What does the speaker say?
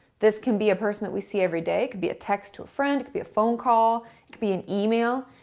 this can be a person that we see everyday could be a text to a friend, could be a phone call. it could be an email.